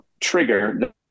trigger